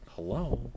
Hello